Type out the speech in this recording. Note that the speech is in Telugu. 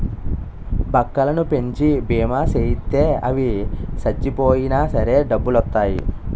బక్కలను పెంచి బీమా సేయిత్తే అవి సచ్చిపోయినా సరే డబ్బులొత్తాయి